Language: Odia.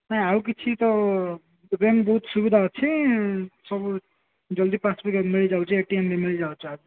ନାଇଁ ଆଉ କିଛି ତ ବ୍ୟାଙ୍କ୍ ବହୁତ ସୁବିଧା ଅଛି ସବୁ ଜଲ୍ଦି ପାସବୁକ୍ ମିଳିଯାଉଛି ଏ ଟି ଏମ୍ ବି ମିଳିଯାଉଛି